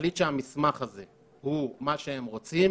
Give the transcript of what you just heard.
להחליט שהמסמך הזה הוא מה שהם רוצים